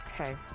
Okay